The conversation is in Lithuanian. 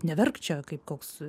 neverk čia kaip koks